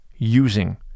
using